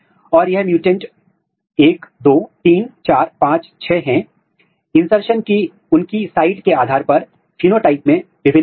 तो यह in situ संकरण के द्वारा एंडोजीनस आरएन डिटेक्शन है यहां पर आपने शॉर्ट रूट प्रमोटर लिया है और उसको यहां GFP यहां GUS से फ्यूज किया है